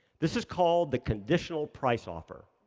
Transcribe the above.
this is called the conditional price offer.